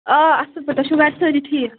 آ اَصٕل پٲٹھۍ تُہۍ چھُو گَرِ سٲری ٹھیٖک